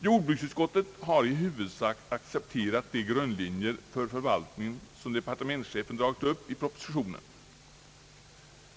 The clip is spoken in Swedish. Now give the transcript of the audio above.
Jordbruksutskottet har i huvudsak accepterat de grundlinjer för förvaltningen som departementschefen har dragit upp i propositionen.